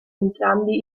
entrambi